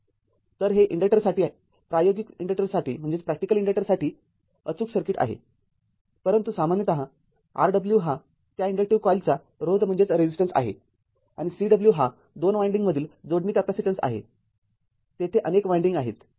तर हे इन्डक्टरसाठीप्रायोगिक इन्डक्टरसाठी अचूक सर्किट आहे परंतु सामान्यतः Rw हा त्या इंडक्टिव्ह कॉइलचा रोध आहे आणि Cw हा २ वायंडिंगमधील जोडणी कॅपेसिटन्स आहेतेथे अनेक वायंडिंग आहेत